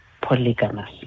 polygamous